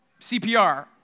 CPR